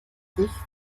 sich